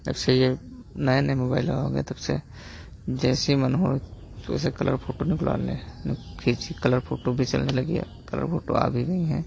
जब से यह नए नए मोबाइल आ गए तब से जैसा मन हो वैसी कलर फ़ोटो निकलवा लें खींचकर कलर फ़ोटो भी चलने लगी है कलर फ़ोटो आ भी गई हैं